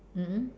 mm mm